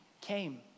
came